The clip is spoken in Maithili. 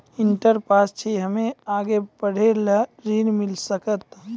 इंटर पास छी हम्मे आगे पढ़े ला ऋण मिल सकत?